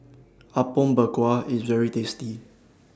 Apom Berkuah IS very tasty